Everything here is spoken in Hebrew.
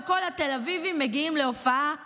וכל התל אביבים מגיעים להופעה חינם.